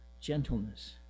gentleness